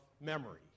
memory